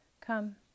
Come